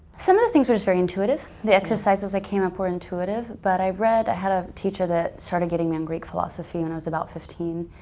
some of the things were just very intuitive. the exercises i came up were intuitive but i read a had a teacher that started getting me and greek philosophy when i was about fifteen.